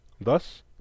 Thus